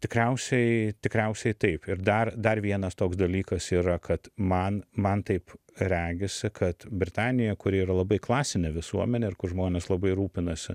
tikriausiai tikriausiai taip ir dar dar vienas toks dalykas yra kad man man taip regisi kad britanija kuri yra labai klasinė visuomenė ir kur žmonės labai rūpinasi